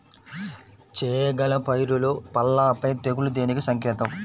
చేగల పైరులో పల్లాపై తెగులు దేనికి సంకేతం?